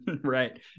Right